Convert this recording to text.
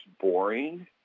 boring